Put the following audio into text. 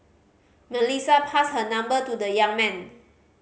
Melissa passed her number to the young man